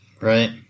Right